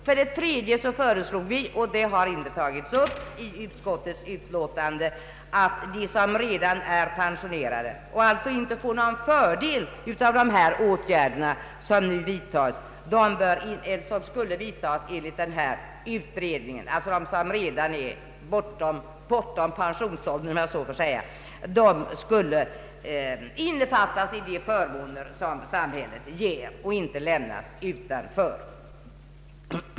För det tredje föreslog vi — det har inte tagits upp i utskottets utlåtande — att de som redan är pensionerade och alltså inte får någon fördel av de åtgärder som skulle vidtas enligt denna utredning skall omfattas av de förmåner som samhället ger och inte lämnas utanför.